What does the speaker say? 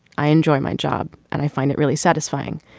i enjoy my job and i find it really satisfying.